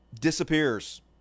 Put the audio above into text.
disappears